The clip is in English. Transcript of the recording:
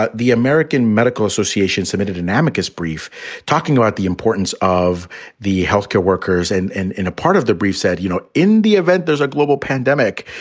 ah the american medical association submitted an amicus brief talking about the importance of the health care workers. and and a part of the brief said, you know, in the event there's a global pandemic,